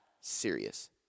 serious